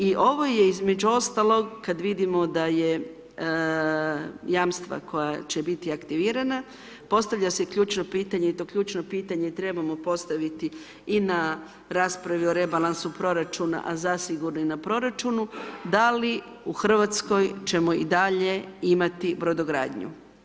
I ovo je između ostalog kad vidimo da je jamstva koja će biti aktivirana, postavlja se ključno pitanje i to ključno pitanje trebamo postaviti i na raspravi o rebalansu proračuna a zasigurno i na proračunu, da li u Hrvatskoj ćemo i dalje brodogradnju.